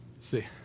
See